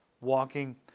walking